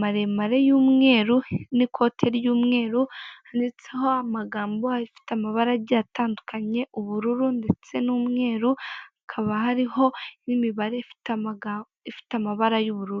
maremare y'umweru n'ikote ry'umweru handitseho amagambo afite amabara agiye atandukanye ubururu ndetse n'umweru n'ikote ry'umweru n'imibare ifite amaga ifite amabara y'ubururu.